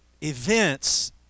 events